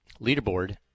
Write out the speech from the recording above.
Leaderboard